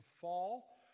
fall